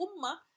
umma